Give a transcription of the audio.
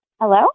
Hello